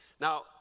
Now